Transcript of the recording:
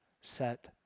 set